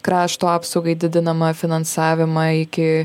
krašto apsaugai didinamą finansavimą iki